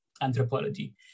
anthropology